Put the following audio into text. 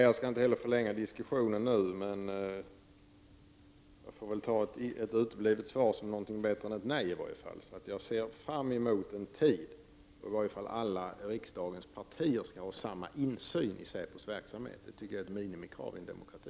Fru talman! Inte heller jag skall förlänga debatten. Jag får tolka ett uteblivet svar som något bättre än ett nej i alla fall. Jag ser fram emot en tid då i varje fall alla riksdagspartier har samma insyn i säkerhetspolisens verksamhet. Jag tycker att det är ett minimikrav i en demokrati.